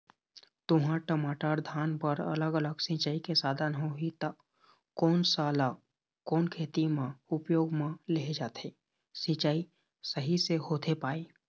तुंहर, टमाटर, धान बर अलग अलग सिचाई के साधन होही ता कोन सा ला कोन खेती मा उपयोग मा लेहे जाथे, सिचाई सही से होथे पाए?